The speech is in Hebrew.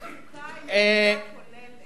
המצוקה היא מצוקה כוללת.